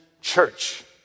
church